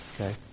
Okay